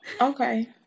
Okay